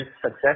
success